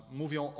mówią